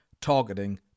targeting